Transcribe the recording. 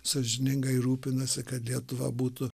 sąžiningai rūpinasi kad lietuva būtų